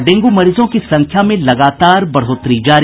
और डेंगू मरीजों की संख्या में लगातार बढ़ोतरी जारी